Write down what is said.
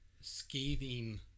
scathing